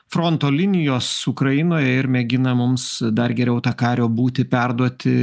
fronto linijos ukrainoje ir mėgina mums dar geriau tą kario būtį perduoti